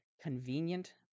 convenient